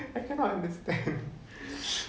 I cannot understand